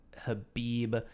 Habib